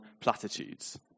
platitudes